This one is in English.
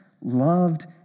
loved